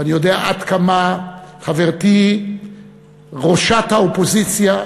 ואני יודע עד כמה חברתי ראשת האופוזיציה,